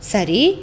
Sari